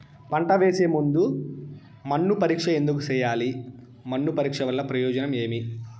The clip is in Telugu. పంట వేసే ముందు మన్ను పరీక్ష ఎందుకు చేయాలి? మన్ను పరీక్ష వల్ల ప్రయోజనం ఏమి?